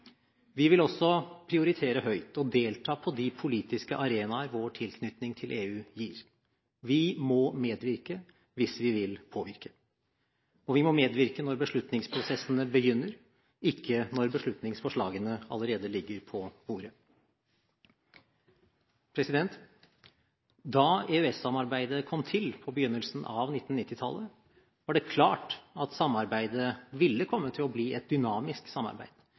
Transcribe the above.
Vi vil også prioritere høyt og delta på de politiske arenaer vår tilknytning til EU gir. Vi må medvirke hvis vi vil påvirke. Vi må medvirke når beslutningsprosessene begynner, ikke når beslutningsforslagene allerede ligger på bordet. Da EØS-samarbeidet kom til på begynnelsen av 1990-tallet, var det klart at samarbeidet ville komme til å bli et dynamisk samarbeid